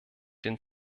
den